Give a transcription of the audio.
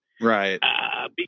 Right